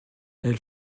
elle